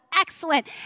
excellent